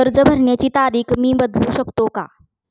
कर्ज भरण्याची तारीख मी बदलू शकतो का?